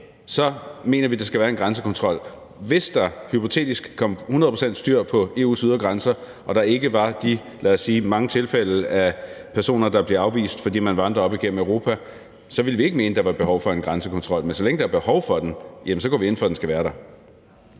så mener vi, at der skal være en grænsekontrol. Hvis der hypotetisk set skulle komme hundrede procent styr på EU's ydre grænser og der ikke var de, lad os sige mange tilfælde af personer, der bliver afvist, fordi man vandrer op igennem Europa, så ville vi ikke mene, at der var behov for en grænsekontrol. Men så længe der er behov for den, går vi ind for, at den skal være der.